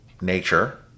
nature